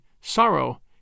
sorrow